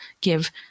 give